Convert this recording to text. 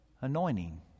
anointing